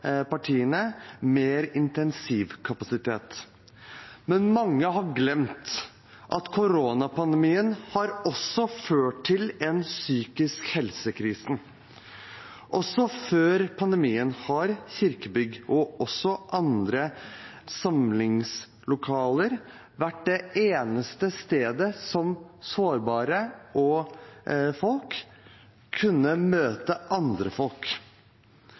partiene større intensivkapasitet. Men mange har glemt at koronapandemien også har ført til en psykisk-helse-krise. Også før pandemien har kirkebygg og også andre samlingslokaler vært det eneste stedet hvor sårbare folk kunne møte andre folk.